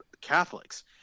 Catholics